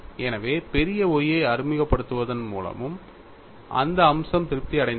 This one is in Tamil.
எனவே பெரிய Y ஐ அறிமுகப்படுத்துவதன் மூலமும் அந்த அம்சம் திருப்தி அடைந்தது